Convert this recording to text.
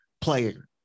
player